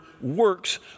works